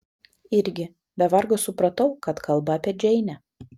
irgi be vargo supratau kad kalba apie džeinę